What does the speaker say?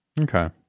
okay